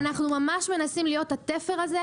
ואנחנו ממש מנסים להיות התפר הזה,